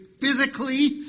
physically